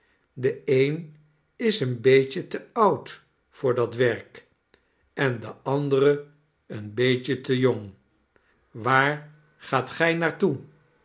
de een is een beetje te oud voor dat werk en de andere een beetje te jong waar gaat gij naar